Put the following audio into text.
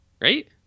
Right